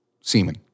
semen